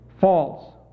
false